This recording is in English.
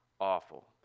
awful